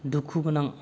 दुखुगोनां